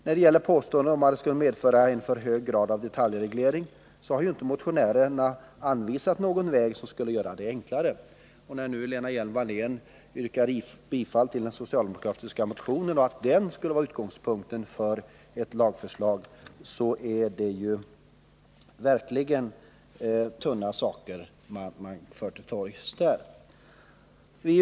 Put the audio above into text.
När det gäller påståenden om att förslaget skulle medföra en för hög grad av detaljreglering har motionärerna inte anvisat någon väg som skulle göra det hela enklare. När Lena Hjelm-Wallén yrkar bifall till den socialdemokratiska motionen, som skulle vara utgångspunkt för ett förslag, är det ju verkligen tunna saker man för till torgs.